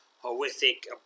horrific